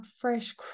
fresh